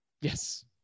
Yes